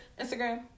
Instagram